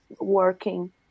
working